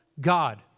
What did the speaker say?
God